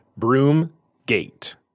Broomgate